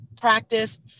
practice